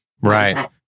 Right